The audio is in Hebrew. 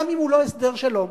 גם אם הוא לא הסדר שלום.